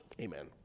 amen